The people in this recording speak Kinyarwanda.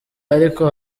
ariko